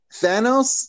Thanos